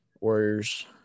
Warriors